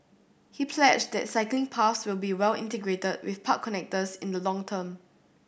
he pledged that cycling paths will be well integrated with park connectors in the long term